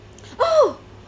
oh